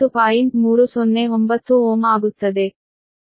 309 Ω ಆಗುತ್ತದೆ